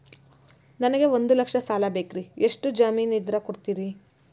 ನನಗೆ ಒಂದು ಲಕ್ಷ ಸಾಲ ಬೇಕ್ರಿ ಎಷ್ಟು ಜಮೇನ್ ಇದ್ರ ಕೊಡ್ತೇರಿ?